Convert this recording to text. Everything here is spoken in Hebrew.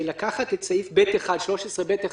את סעיף 13(ב1)